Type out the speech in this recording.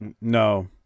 No